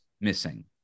missing